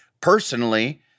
personally